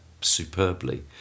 superbly